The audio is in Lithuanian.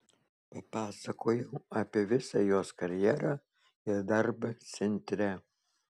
papasakojau apie visą jos karjerą ir darbą centre